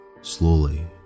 slowly